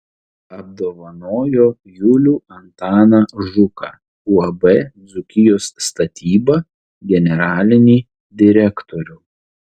apdovanojo julių antaną žuką uab dzūkijos statyba generalinį direktorių